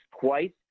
twice